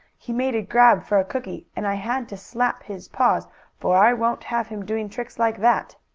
he made a grab for a cookie, and i had to slap his paws for i won't have him doing tricks like that.